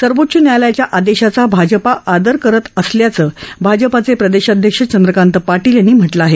सर्वोच्च न्यायालयाच्या आदेशाचा भाजपा आदर करत असल्याचं भाजपाचे प्रदेशाध्यक्ष चंद्रकांत पाटील यांनी म्हटलं आहे